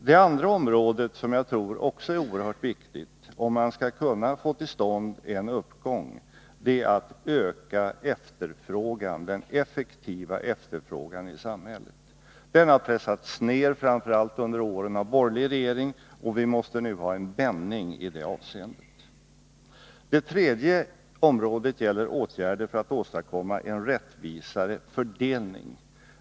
Det andra området som jag tror också är oerhört viktigt om man skall kunna få till stånd en uppgång är att öka den effektiva efterfrågan i samhället. Den har pressats ner, framför allt under åren av borgerlig regering, och vi måste nu ha en vändning i det avseendet. Det tredje området gäller åtgärder för att åstadkomma en rättvisare fördelning.